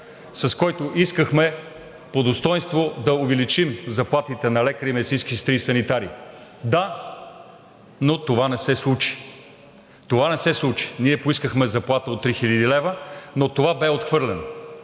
с който искахме по достойнство да увеличим заплатите на лекари, медицински сестри и санитари – да, но това не се случи. Ние поискахме заплата от 3000 лв., но това бе отхвърлено.